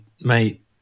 mate